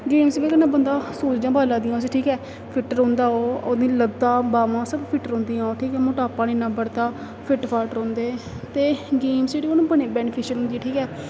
games दी बजह कन्नै बंदा उसी सौ चीजां पता चलदियां ठीक ऐ फिट रौंह्दा ओह् ओह्दियां लत्तां बाह्मां सब फिट रौंदियां ओह् ठीक ऐ मोटापा न इन्ना बढ़दा फिट फाट रौंह्दे ते गेम्स जेह्ड़ीे ओह् ना बड़ी बैनिफिशियल ऐ ठीक ऐ